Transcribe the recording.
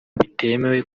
bitemewe